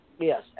Yes